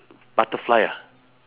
butterfly ah